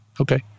okay